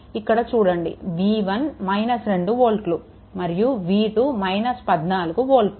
ఇక్కడ చూడండి v1 2 వోల్ట్లు మరియు v2 14 వోల్ట్లు